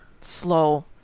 slow